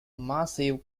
massive